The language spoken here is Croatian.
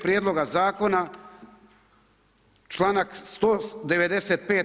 Prijedloga zakona članak 195.